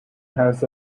has